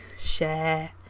share